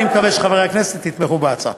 אני מקווה שחברי הכנסת יתמכו בהצעה.